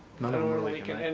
none of them leaking.